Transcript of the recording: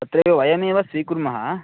तत्रेव वयमेव स्वीकुर्मः